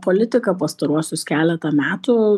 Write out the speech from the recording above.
politika pastaruosius keletą metų